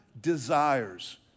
desires